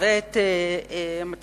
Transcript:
זאת משום שהעובדים שראו את סגן השר,